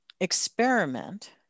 experiment